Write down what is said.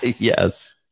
Yes